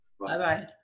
Bye-bye